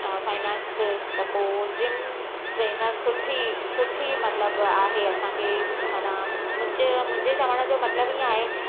finance त पोइ gym trainer सुठी सुठी मतिलबु आहे असांखे माना मुंहिंजे मुंहिंजे चवण जो मतिलबु ईअं आहे